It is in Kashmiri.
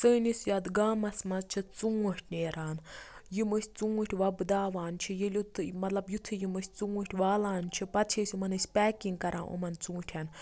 سٲنِس یتھ گامَس مَنٛز چھِ ژونٛٹھۍ نیران یِم أسۍ ژونٛٹھۍ وۄپداوان چھِ مَطلَب یُتھٕے یِم أسۍ ژونٛٹھۍ والان چھِ پَتہٕ چھِ أسۍ یِمَن أسۍ پیکِنٛگ کَران یِمَن ژونٛٹھٮ۪ن